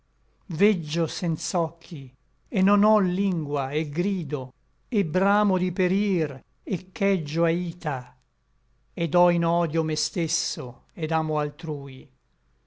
veggio senza occhi et non ò lingua et grido et bramo di perir et cheggio aita et ò in odio me stesso et amo altrui